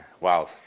Wow